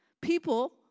people